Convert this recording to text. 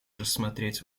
рассмотреть